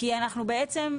כי אנחנו בעצם,